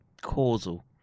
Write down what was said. causal